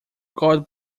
god